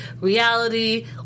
reality